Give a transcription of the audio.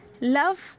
Love